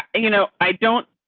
and you know, i don't.